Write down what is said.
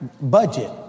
budget